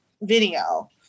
video